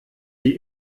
die